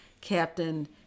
Captain